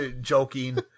joking